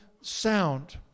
sound